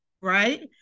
right